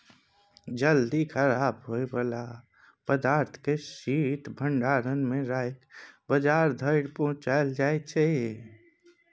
जल्दी खराब होइ बला पदार्थ केँ शीत भंडारण मे राखि बजार धरि पहुँचाएल जाइ छै